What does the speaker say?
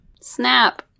Snap